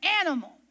animal